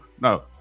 No